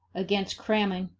against cramming,